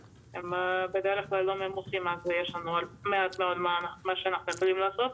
הם בדרך כלל לא ממוסים אז יש עד 100 טון מה שאנחנו יכולים לעשות.